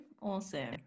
awesome